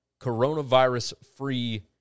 coronavirus-free